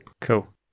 Cool